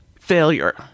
failure